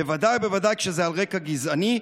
בוודאי ובוודאי כשזה על רקע גזעני,